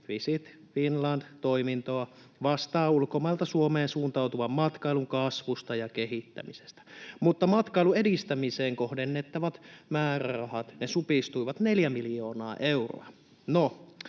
Visit Finland -toiminto vastaa ulkomailta Suomeen suuntautuvan matkailun kasvusta ja kehittämisestä. Mutta matkailun edistämiseen kohdennettavat määrärahat supistuivat neljä miljoonaa euroa.